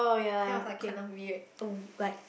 I think it was like kind of weird oh like